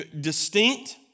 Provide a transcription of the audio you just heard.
Distinct